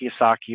Kiyosaki